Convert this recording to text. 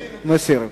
מסיר.